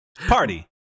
Party